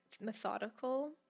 methodical